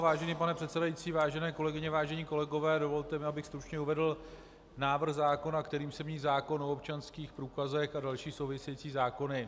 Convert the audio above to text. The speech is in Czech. Vážený pane předsedající, vážené kolegyně, vážení kolegové, dovolte mi, abych stručně uvedl návrh zákona, kterým se mění zákon o občanských průkazech a další související zákony.